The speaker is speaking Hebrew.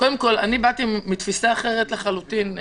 אני באתי מתפיסה אחרת לחלוטין.